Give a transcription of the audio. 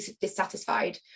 dissatisfied